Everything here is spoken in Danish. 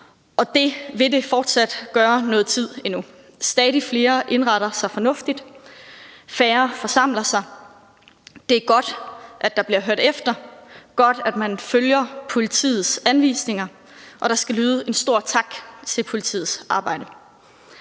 det vil det fortsat være noget tid endnu. Stadig flere indretter sig fornuftigt, færre forsamler sig. Det er godt, at der bliver hørt efter. Det er godt, at man følger politiets anvisninger, og der skal lyde en stor tak til politiet for dets